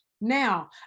Now